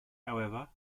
however